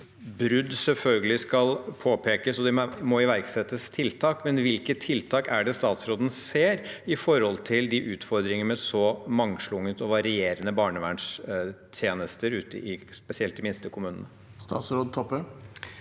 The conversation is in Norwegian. brudd selvfølgelig skal påpekes, og at det må iverksettes tiltak: Hvilke tiltak er det statsråden ser for seg når det gjelder utfordringene med så mangslungne og varierende barnevernstjenester, spesielt i de minste kommunene? Statsråd